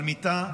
על מיטה,